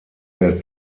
der